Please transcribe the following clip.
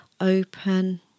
open